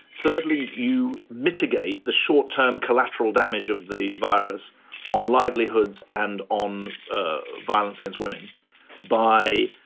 thirdly, you mitigate the short term collateral damage of the virus on livelihoods and on ah violence against women by,